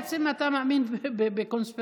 בעצם אתה מאמין בקונספירציה.